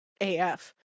AF